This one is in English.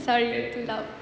sorry too loud